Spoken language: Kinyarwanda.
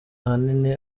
ahanini